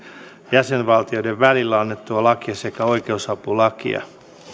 jäsenvaltioiden välillä annettua lakia sekä oikeusapulakia